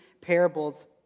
parables